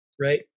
right